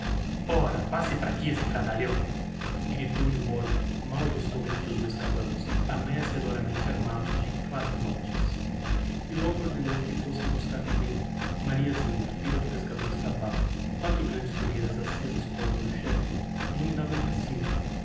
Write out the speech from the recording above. ora passe p'ra qui seu fradalhão gritou-lhe o borba mal o avistou entre dois cabanos ameaçadoramente armados de clavinotes e logo ordenou que fôssem buscar tambem a mariasinha filha do pescador sabá quatro grandes fogueiras accêsas por ordem do chefe illuminavam o recinto